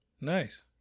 Nice